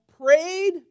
prayed